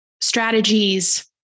strategies